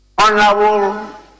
Honorable